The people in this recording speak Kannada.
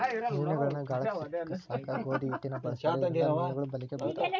ಮೇನಗಳನ್ನ ಗಾಳಕ್ಕ ಸಿಕ್ಕಸಾಕ ಗೋಧಿ ಹಿಟ್ಟನ ಬಳಸ್ತಾರ ಇದರಿಂದ ಮೇನುಗಳು ಬಲಿಗೆ ಬಿಳ್ತಾವ